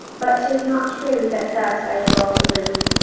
but tis not true that thus i dwelt aloof,